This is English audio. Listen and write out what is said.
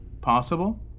Possible